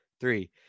three